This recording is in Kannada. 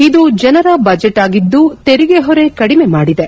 ಇದು ಜನರ ಬಜೆಟ್ ಆಗಿದ್ದು ತೆರಿಗೆ ಹೊರೆ ಕಡಿಮೆ ಮಾಡಿದೆ